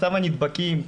מצב הנדבקים,